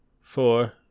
four